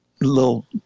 little